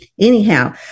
anyhow